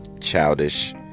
childish